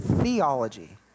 theology